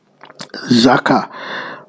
Zaka